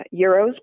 euros